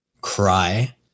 Cry